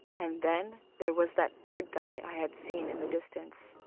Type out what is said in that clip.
and then there was that third guy i had seen in the distance.